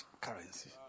currency